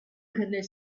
nel